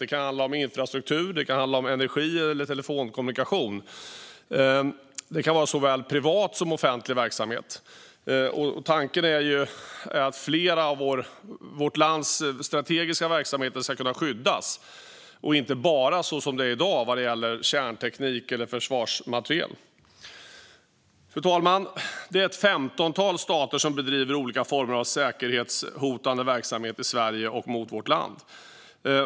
Det kan handla om infrastruktur, energi eller telefonkommunikation. Det kan vara såväl privat som offentlig verksamhet. Tanken är att flera av vårt lands strategiska verksamheter ska kunna skyddas, och inte som i dag bara kärnteknik eller försvarsmateriel. Fru talman! Ett femtontal stater bedriver olika former av säkerhetshotande verksamhet i Sverige och mot vårt land.